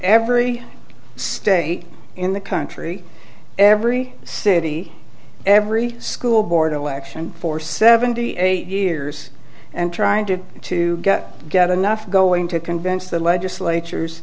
every state in the country every city every school board election for seventy eight years and trying to to get enough going to convince the legislatures